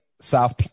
South